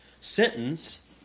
sentence